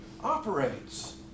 operates